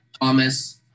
Thomas